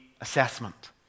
assessment